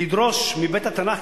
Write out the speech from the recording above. לדרוש מבית-התנ"ך,